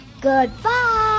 Goodbye